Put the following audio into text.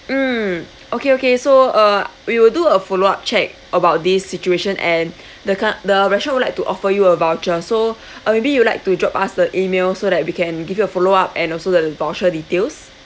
mm okay okay so uh we will do a follow up check about this situation and the ca~ the restaurant would like to offer you a voucher so uh maybe you like to drop us the email so that we can give you a follow up and also the voucher details